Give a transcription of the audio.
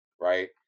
Right